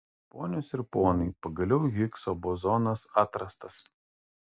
ponios ir ponai pagaliau higso bozonas atrastas